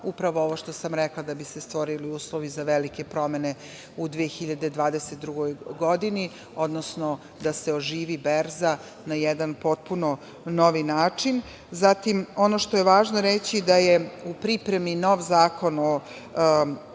upravo ovo što sam rekla, da bi se stvorili uslovi za velike promene u 2022. godini, odnosno da se oživi berza na jedan potpuno novi način. Zatim, važno je reći da je u pripremi nov zakon o